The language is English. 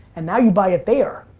and now you buy it there